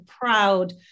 proud